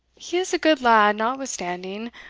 he is a good lad notwithstanding,